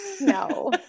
no